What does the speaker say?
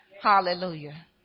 hallelujah